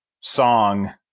song